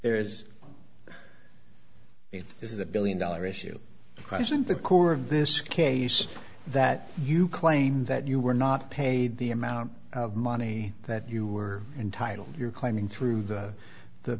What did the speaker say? there is a this is a one billion dollars issue present the core of this case that you claim that you were not paid the amount of money that you were entitled your climbing through the the